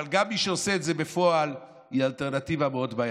אבל גם למי שעושה את זה בפועל זו אלטרנטיבה מאוד בעייתית.